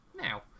now